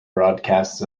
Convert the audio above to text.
broadcasts